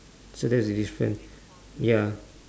so that's the difference ya